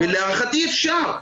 ולהערכתי אפשר,